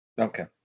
Okay